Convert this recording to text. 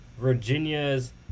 Virginia's